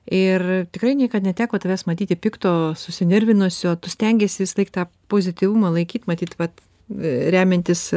ir tikrai niekad neteko tavęs matyti pikto susinervinusio tu stengiesi visąlaik tą pozityvumą laikyti matyt vat remiantis